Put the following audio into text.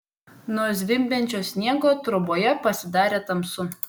nuo zvimbiančio sniego troboje pasidarė tamsu